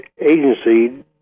agency